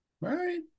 right